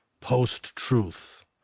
post-truth